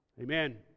Amen